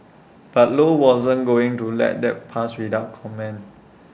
but low wasn't going to let that pass without comment